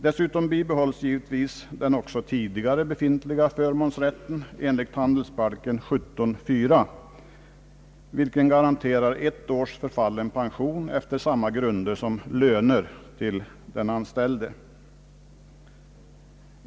Dessutom bibehålles givetvis den också tidigare befintliga förmånsrätten enligt handelsbalken 17:4, vilken garanterar ett års förfallen pension efter samma grunder som löner till den anställde.